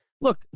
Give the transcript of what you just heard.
look